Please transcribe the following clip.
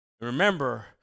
Remember